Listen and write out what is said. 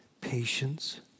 patience